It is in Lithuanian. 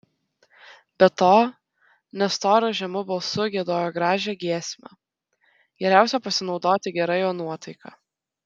be to nestoras žemu balsu giedojo gražią giesmę geriausia pasinaudoti gera jo nuotaika